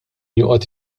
joqgħod